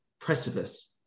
precipice